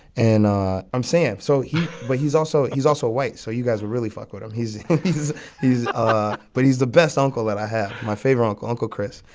and i'm saying. so he. but he's also he's also white. so you guys would really fuck with him. he's he's ah but he's the best uncle that i have, my favorite uncle uncle chris.